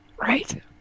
Right